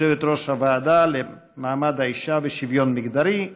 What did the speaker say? יושבת-ראש הוועדה לקידום מעמד האישה ולשוויון מגדרי.